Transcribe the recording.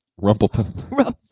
Rumpleton